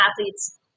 athletes